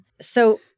So-